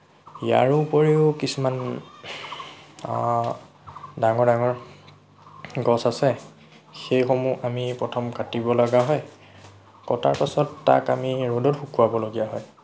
ইয়াৰ উপৰিও কিছুমান ডাঙৰ ডাঙৰ গছ আছে সেইসমূহ আমি প্ৰথম কাটিবলগীয়া হয় কটাৰ পাছত তাক আমি ৰ'দত শুকুৱাবলগীয়া হয়